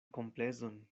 komplezon